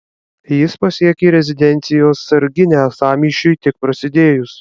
jis pasiekė rezidencijos sarginę sąmyšiui tik prasidėjus